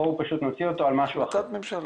בואו פשוט נוציא אותו על משהו אחר.